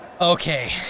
Okay